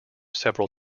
several